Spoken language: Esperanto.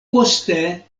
poste